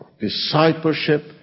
discipleship